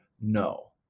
no